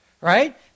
right